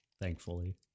thankfully